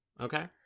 Okay